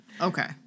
Okay